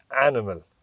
animal